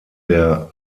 der